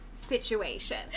situation